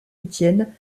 étienne